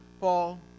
Paul